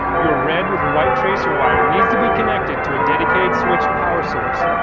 your red with white tracer wire needs to be connected to dedicated switch power source.